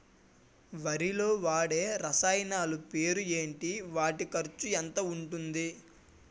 వరిలో వాడే రసాయనాలు పేర్లు ఏంటి? వాటి ఖర్చు ఎంత అవతుంది?